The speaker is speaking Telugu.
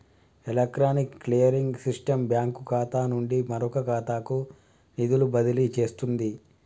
ఎలక్ట్రానిక్ క్లియరింగ్ సిస్టం బ్యాంకు ఖాతా నుండి మరొక ఖాతాకు నిధులు బదిలీ చేస్తుంది